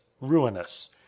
ruinous